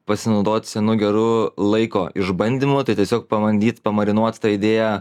pasinaudot senu geru laiko išbandymo tai tiesiog pabandyt pamarinuot tą idėją